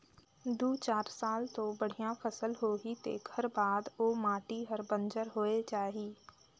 दू चार साल तो बड़िया फसल होही तेखर बाद ओ माटी हर बंजर होए जाही